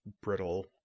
brittle